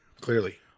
Clearly